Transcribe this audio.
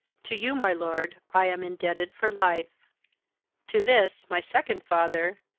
to you, my lord, i am indebted for life to this, my second father,